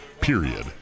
period